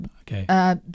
Okay